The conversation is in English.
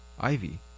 ivy